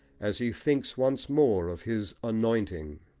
as he thinks once more of his anointing.